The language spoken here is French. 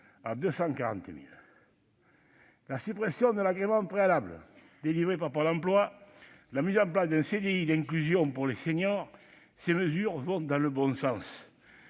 à 240 000. La suppression de l'agrément préalable par Pôle emploi ou la mise en place d'un CDI inclusion pour les seniors sont des mesures qui vont dans le bon sens.